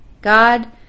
God